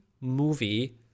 movie